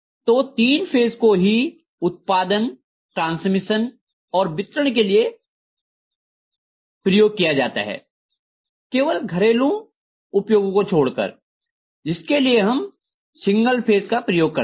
तो तीन फेज को ही उत्पादन ट्रांसमिशन और वितरण के लिए प्रयोग किया जाता है केवल घरेलू उपयोगों को छोड़कर जिसके लिए हम सिंगल फेज का प्रयोग करते हैं